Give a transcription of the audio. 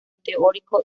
teórico